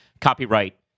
copyright